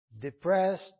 depressed